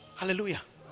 hallelujah